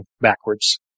backwards